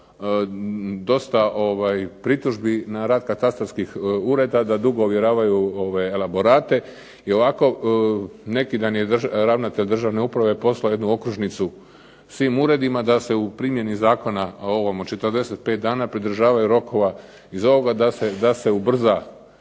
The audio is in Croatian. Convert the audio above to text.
dosta pritužbi na rad katastarskih ureda da dugo ovjeravaju elaborate i ovako. Neki dan je ravnatelj državne uprave poslao jednu okružnicu svim uredima da se u primjeni zakona ovom od 45 dana pridržavaju rokova iz ovoga da se ubrza